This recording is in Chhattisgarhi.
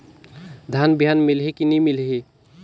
धान बिहान मिलही की नी मिलही?